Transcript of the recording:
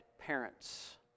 parents